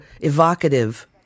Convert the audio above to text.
evocative